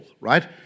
right